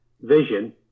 vision